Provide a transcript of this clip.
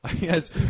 Yes